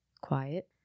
quiet